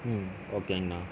ம் ஓகேங்கண்ணா